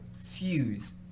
fuse